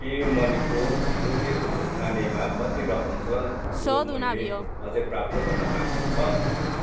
PayU मनीको रोकिएको भुक्तानीमा कति रकम छ जो मैले अझै प्राप्त गर्न बाँकी छ